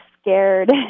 scared